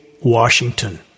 Washington